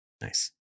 Nice